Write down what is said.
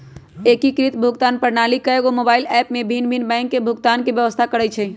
एकीकृत भुगतान प्रणाली एकेगो मोबाइल ऐप में भिन्न भिन्न बैंक सभ के भुगतान के व्यवस्था करइ छइ